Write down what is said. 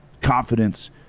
confidence